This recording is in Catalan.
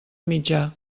mitjà